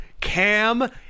Cam